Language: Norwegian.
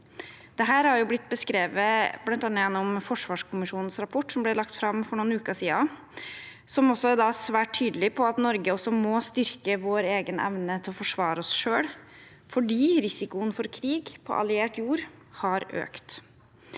Dette har bl.a. blitt beskrevet i forsvarskommisjonens rapport, som ble lagt fram for noen uker siden. Der er man svært tydelig på at vi i Norge må styrke vår egen evne til å forsvare oss, fordi risikoen for krig på alliert jord har økt.